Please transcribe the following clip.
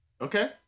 Okay